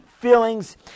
Feelings